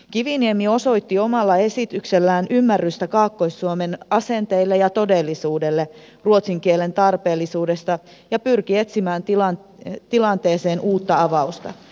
kiviniemi osoitti omalla esityksellään ymmärrystä kaakkois suomen asenteille ja todellisuudelle ruotsin kielen tarpeellisuudesta ja pyrki etsimään tilanteeseen uutta avausta